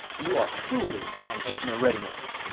you are truly an ignoramus!